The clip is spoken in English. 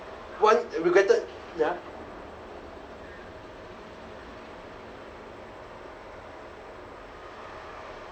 one regretted ya